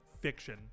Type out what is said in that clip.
fiction